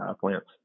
plants